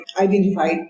identified